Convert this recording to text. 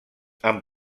amb